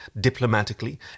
diplomatically